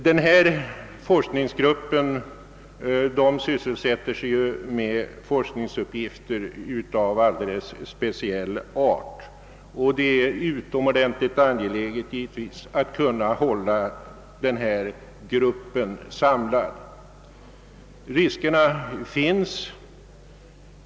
Denna forskningsgrupp sysslar med forskningsuppgifter av alldeles speciell art, och det är givetvis utomordentligt angeläget att kunna hålla den samlad.